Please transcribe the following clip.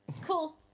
Cool